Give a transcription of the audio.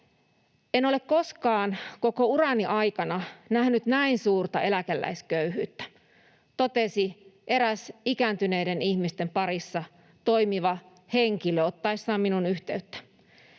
”En ole koskaan koko urani aikana nähnyt näin suurta eläkeläisköyhyyttä”, totesi eräs ikääntyneiden ihmisten parissa toimiva henkilö ottaessaan minuun yhteyttä.